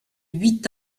huit